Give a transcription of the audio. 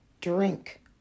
drink